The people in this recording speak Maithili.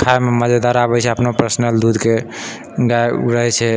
खाइमे मजेदार आबैत छै अपना पर्सनल दूधके गाय छै